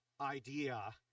idea